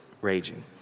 raging